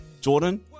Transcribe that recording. Jordan